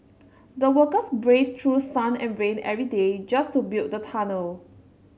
the workers braved through sun and rain every day just to build the tunnel